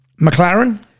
McLaren